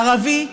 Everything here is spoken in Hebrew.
ערבי,